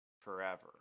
forever